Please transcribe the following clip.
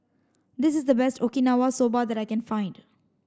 this is the best Okinawa Soba that I can find